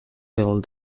hill